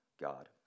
God